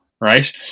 right